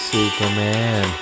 Superman